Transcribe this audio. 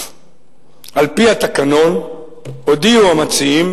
על-פי התקנון הודיעו המציעים